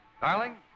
Darling